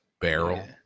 barrel